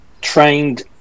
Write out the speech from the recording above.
trained